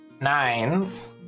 Nines